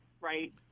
right